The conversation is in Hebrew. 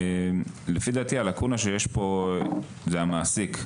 לדעתי הלקונה שיש פה זה המעסיק.